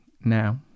now